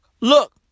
look